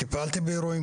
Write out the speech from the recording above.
טיפלתי באירועים